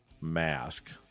mask